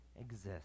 exist